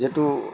যিটো